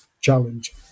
challenge